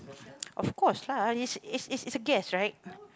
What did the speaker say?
of course lah it's it's it's a guest right